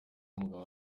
umugabo